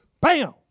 Bam